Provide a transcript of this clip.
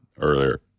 earlier